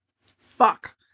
Fuck